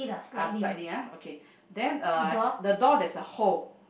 ah slightly ah okay then uh the door there's a hole